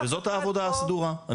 וזאת העבודה הסדורה.